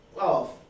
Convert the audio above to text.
off